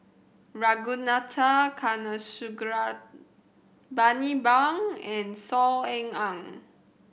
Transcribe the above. Ragunathar Kanagasuntheram Bani Buang and Saw Ean Ang